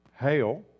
Hail